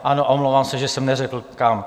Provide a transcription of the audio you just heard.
Ano, omlouvám se, že jsem neřekl kam.